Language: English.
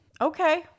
Okay